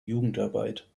jugendarbeit